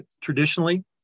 Traditionally